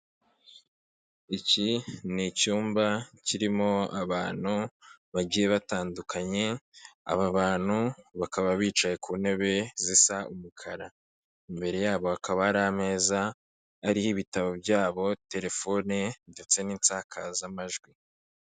Iki ni icyumba kirimo abantu bagiye batandukanye, aba bantu bakaba bicaye ku ntebe zisa umukara. Imbere yabo hakaba hari ameza, ariho ibitabo byabo, terefone ndetse n'insakazamajwi.